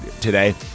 today